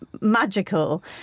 magical